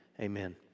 amen